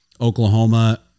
Oklahoma